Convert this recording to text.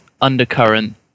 undercurrent